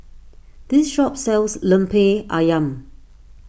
this shop sells Lemper Ayam